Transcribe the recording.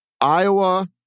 Iowa